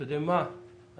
אנחנו